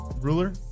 Ruler